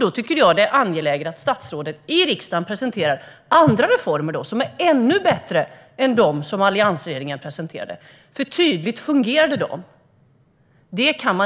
Då tycker jag att det är angeläget att statsrådet i riksdagen presenterar andra reformer, som är ännu bättre än de reformer som alliansregeringen presenterade. Dessa reformer fungerade - det kan